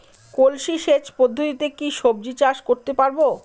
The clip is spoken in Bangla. কলসি সেচ পদ্ধতিতে কি সবজি চাষ করতে পারব?